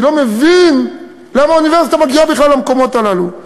אני לא מבין למה אוניברסיטה מגיעה בכלל למקומות הללו.